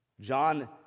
John